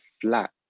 flat